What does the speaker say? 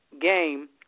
game